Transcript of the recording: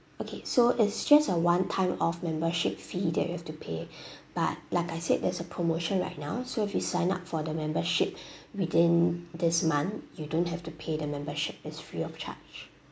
okay so it's just a one time off membership fee that you have to pay but like I said there's a promotion right now so if you sign up for the membership within this month you don't have to pay the membership it's free of charge